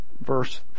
verse